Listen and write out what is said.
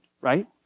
right